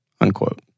Unquote